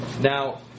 Now